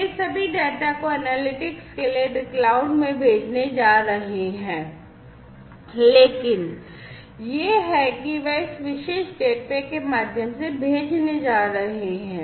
ये सभी डेटा को एनालिटिक्स के लिए क्लाउड में भेजने जा रहे हैं लेकिन यह है कि वे इस विशेष गेटवे के माध्यम से भेजने जा रहे हैं